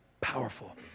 powerful